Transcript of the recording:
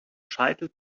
scheitel